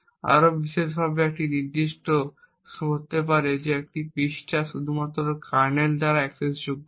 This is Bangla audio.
এবং আরও বিশেষভাবে এটি নির্দিষ্ট করতে পারে যে একটি পৃষ্ঠা শুধুমাত্র কার্নেল দ্বারা অ্যাক্সেসযোগ্য